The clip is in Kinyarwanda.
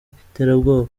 iterabwoba